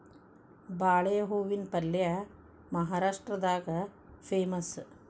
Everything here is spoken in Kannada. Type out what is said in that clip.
ಬಾಳೆ ಹೂವಿನ ಪಲ್ಯೆ ಮಹಾರಾಷ್ಟ್ರದಾಗ ಪೇಮಸ್